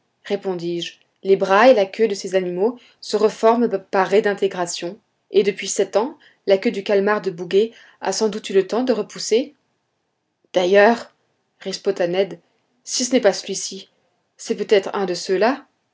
répondis-je les bras et la queue de ces animaux se reforment par rédintégration et depuis sept ans la queue du calmar de bouguer a sans doute eu le temps de repousser d'ailleurs riposta ned si ce n'est pas celui-ci c'est peut-être un de ceux-là